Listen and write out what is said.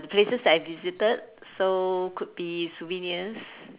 places that I visited so could be souvenirs